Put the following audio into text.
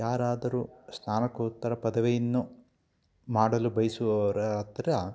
ಯಾರಾದರೂ ಸ್ಥಾನಕೋತ್ತರ ಪದವಿಯನ್ನು ಮಾಡಲು ಬಯಸುವವರ ಹತ್ತಿರ